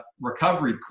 recovery